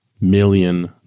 million